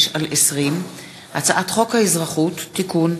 איסור הונאה בכשרות (תיקון,